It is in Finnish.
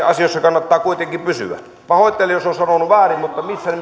asioissa kannattaa kuitenkin pysyä pahoittelen jos olen sanonut väärin mutta missään